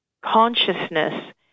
consciousness